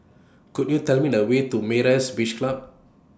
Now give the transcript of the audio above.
Could YOU Tell Me The Way to Myra's Beach Club